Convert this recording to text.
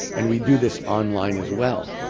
and we do this online as well,